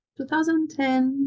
2010